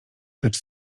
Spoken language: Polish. lecz